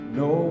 no